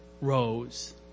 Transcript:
rose